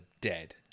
dead